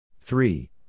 three